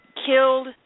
Killed